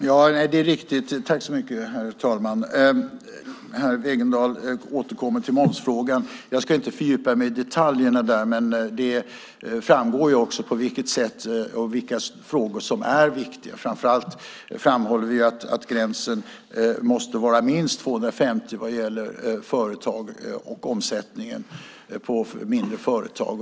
Herr talman! Herr Wegendal återkommer till momsfrågan. Jag ska inte fördjupa mig i detaljerna. Det framgår vilka frågor som är viktiga. Framför allt framhåller vi att gränsen måste vara minst 250 vad gäller omsättningen i mindre företag.